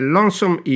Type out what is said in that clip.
Lonesome